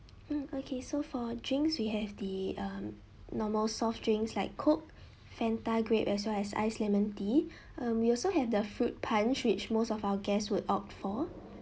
mm okay so for drinks we have the um normal soft drinks like coke Fanta grape as well as ice lemon tea um we also have the fruit punch which most of our guests would opt for